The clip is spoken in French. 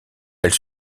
elle